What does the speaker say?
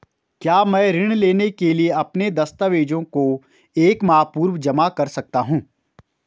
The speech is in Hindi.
क्या मैं ऋण लेने के लिए अपने दस्तावेज़ों को एक माह पूर्व जमा कर सकता हूँ?